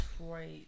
Detroit